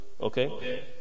okay